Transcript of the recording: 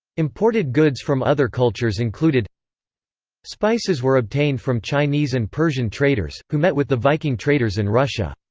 imported goods from other cultures included spices were obtained from chinese and persian traders, who met with the viking traders in russia.